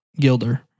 Gilder